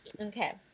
Okay